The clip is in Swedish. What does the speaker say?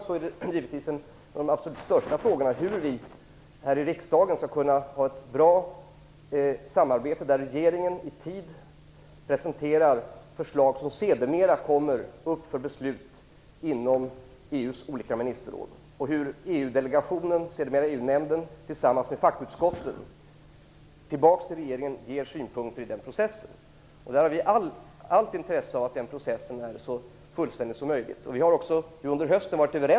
De absolut viktigaste frågorna handlar givetvis om hur vi här i riksdagen skall kunna ha ett bra samarbete. Regeringen skall i tid presentera förslag som sedermera kommer upp för beslut inom EU:s ministerråd. EU-delegationen, sedermera EU nämnden, skall tillsammans med fackutskotten ge synpunkter i den processen. Vi har verkligen intresse av att den processen är så fullständig som möjligt.